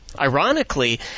ironically